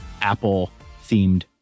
apple-themed